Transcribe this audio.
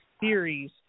Series